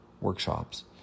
workshops